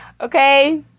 Okay